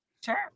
Sure